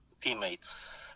teammates